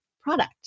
product